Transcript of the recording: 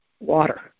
water